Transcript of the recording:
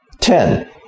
Ten